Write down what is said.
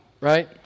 right